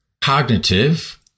Cognitive